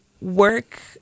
work